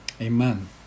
Amen